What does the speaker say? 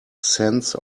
sense